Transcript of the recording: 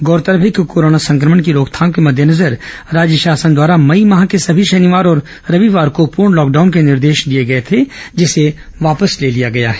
गौरतलब है कि कोरोना संक्रमण की रोकथाम के मद्देनजर राज्य शासन द्वारा मई माह के सभी शनिवार और रविवार को पूर्ण लॉकडाउन के निर्देश दिए गए थे जिसे वापस ले लिया गया है